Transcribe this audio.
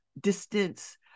distance